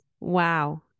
Wow